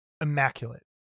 immaculate